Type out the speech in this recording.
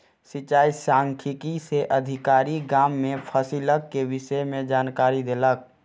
सिचाई सांख्यिकी से अधिकारी, गाम में फसिलक के विषय में जानकारी देलक